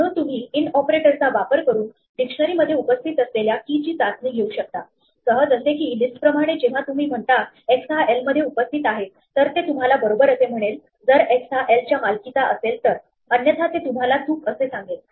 म्हणून तुम्ही इन ऑपरेटरचा वापर करून डिक्शनरी मध्ये उपस्थित असलेल्या key ची चाचणी घेऊ शकतासहज असे की लिस्ट प्रमाणे जेव्हा तुम्ही म्हणता x हा l मध्ये उपस्थित आहे तर ते तुम्हाला बरोबर असे म्हणेल जर x हा l च्या मालकीचा असेल तरअन्यथा ते तुम्हाला चूक असं सांगेल